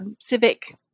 civic